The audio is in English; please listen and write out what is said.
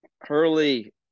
Hurley